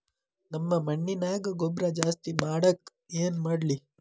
ನಮ್ಮ ಮಣ್ಣಿನ್ಯಾಗ ಗೊಬ್ರಾ ಜಾಸ್ತಿ ಮಾಡಾಕ ಏನ್ ಮಾಡ್ಲಿ?